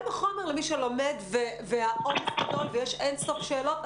וחומר למי שלומד והעומס גדול ויש אינסוף שאלות.